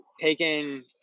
taking